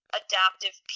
adaptive